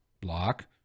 block